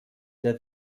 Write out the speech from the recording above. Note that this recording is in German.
der